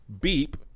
beep